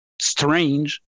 strange